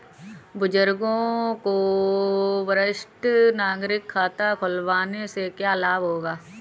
बुजुर्गों को वरिष्ठ नागरिक खाता खुलवाने से क्या लाभ होगा?